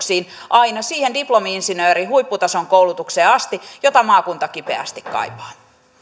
aina siihen huipputason diplomi insinöörien koulutukseen asti jota maakunta kipeästi kaipaa